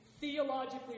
theologically